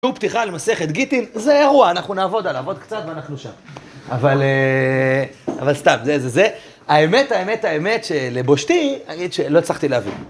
תראו פתיחה למסכת גיטין, זה אירוע, אנחנו נעבוד עליו, עבוד קצת ואנחנו שם. אבל סתם, זה זה זה, האמת האמת האמת שלבושתי נגיד שלא הצלחתי להבין.